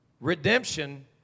Redemption